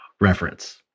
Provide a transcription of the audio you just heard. reference